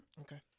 okay